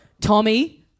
Tommy